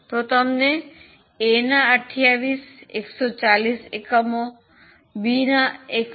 તો તમને A ના 28140 એકમો બીના 12864